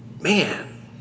Man